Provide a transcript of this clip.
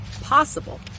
possible